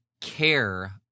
care